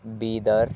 Bidar